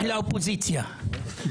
אחלה אופוזיציה.